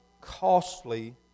costly